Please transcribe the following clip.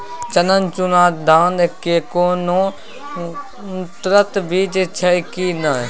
चननचूर धान के कोनो उन्नत बीज छै कि नय?